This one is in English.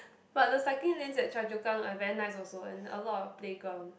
but the cycling lanes at Choa-Chu-Kang are very nice also and a lot of playgrounds